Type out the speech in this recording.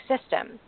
system